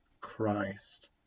Christ